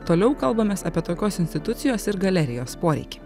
toliau kalbamės apie tokios institucijos ir galerijos poreikį